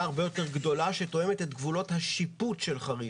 גדולה הרבה יותר שתואמת את גבולות השיפוט של חריש.